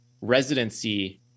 residency